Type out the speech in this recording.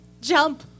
jump